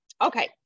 okay